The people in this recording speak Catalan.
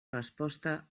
resposta